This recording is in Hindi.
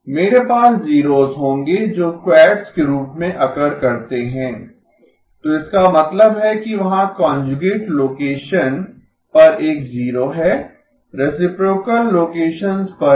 मेरे पास जीरोस होंगें जो क्वैड्स के रूप में अकर करतें हैं तो इसका मतलब है कि वहाँ कांजुगेट लोकेशन पर एक जीरो है रेसिप्रोकल लोकेशनसंस पर भी